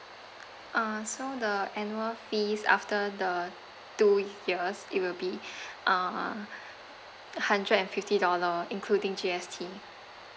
uh so the annual fees after the two years it will be uh a hundred and fifty dollar including G_S_T